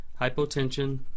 hypotension